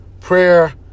Prayer